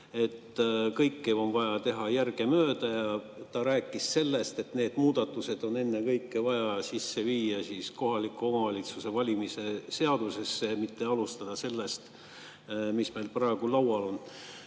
et kõike on vaja teha järgemööda. Ja ta rääkis sellest, et need muudatused on ennekõike vaja sisse viia kohaliku omavalitsuse valimise seadusesse, mitte alustada sellest, mis meil praegu laual on.